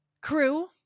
crew